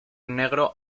negro